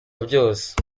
byose